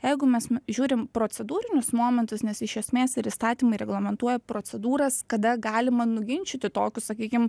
jeigu mes žiūrim procedūrinius momentus nes iš esmės ir įstatymai reglamentuoja procedūras kada galima nuginčyti tokius sakykim